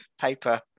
paper